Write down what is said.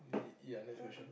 y~ yeah nesxt question